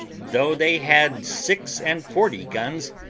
though they had six-and-forty guns,